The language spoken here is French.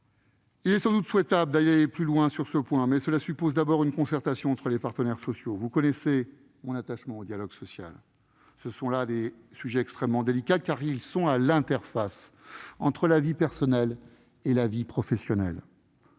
Il est sans doute souhaitable d'aller plus loin dans ce domaine, mais cela suppose d'abord une concertation entre les partenaires sociaux. Vous connaissez mon attachement au dialogue social. Ce sont là des sujets extrêmement délicats, car ils sont à l'interface entre vie personnelle et professionnelle,